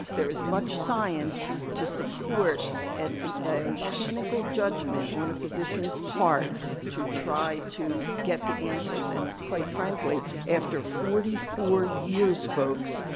there is much science to support and and a clinical judgment on a physician's part to try to get the answers and quite frankly, after forty four years, folks,